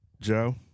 Joe